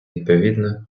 відповідно